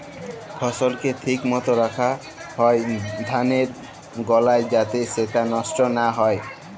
ফসলকে ঠিক মত রাখ্যা হ্যয় ধালের গলায় যাতে সেট লষ্ট লা হ্যয়